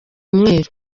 umweru